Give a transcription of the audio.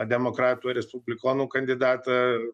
ar demokratų ar respublikonų kandidatą